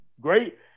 great –